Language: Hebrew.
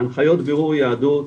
הנחיות בירור יהדות,